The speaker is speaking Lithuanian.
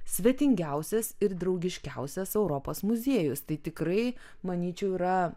svetingiausias ir draugiškiausias europos muziejus tai tikrai manyčiau yra